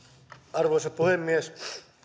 arvoisa puhemies